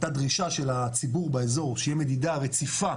הייתה דרישה של הציבור באזור שתהיה מדידה רציפה